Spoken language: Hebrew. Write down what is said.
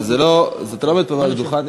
אתה לא עומד פה מעל הדוכן,